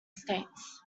states